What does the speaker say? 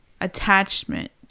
attachment